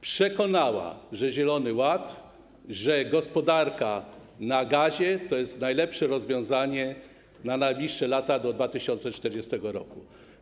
Przekonała, że zielony ład, że gospodarka na gazie to jest najlepsze rozwiązanie na najbliższe lata do 2040 r.